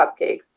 cupcakes